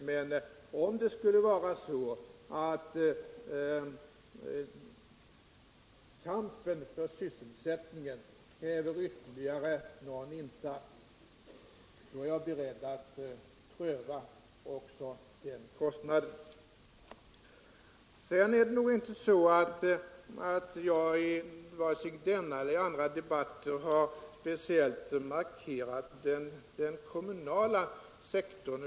Men om kampen för sysselsättningen skulle kräva ytterligare insatser är jag beredd att pröva också den kostnaden. Vidare har jag varken i denna eller i andra debatter speciellt markerat den kommunala sektorn.